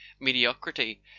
mediocrity